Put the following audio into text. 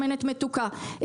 שמנת מתוקה,